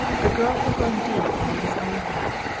the girl had grown deep into his own heart.